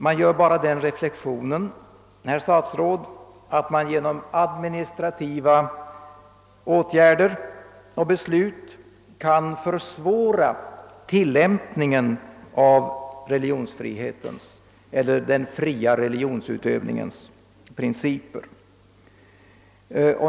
Jag gör bara den reflexionen, herr talman, att man genom administrativa åtgärder och beslut kan försvåra tillämpningen av den fria religionsutövningens principer.